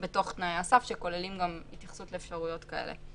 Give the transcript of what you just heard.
תנאי הסף שכוללים גם התייחסויות לאפשרויות כאלה.